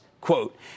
quote